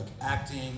acting